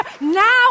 now